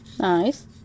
Nice